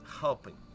helping